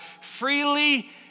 freely